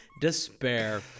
despair